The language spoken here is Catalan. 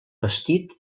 vestit